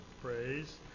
praise